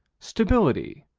stability,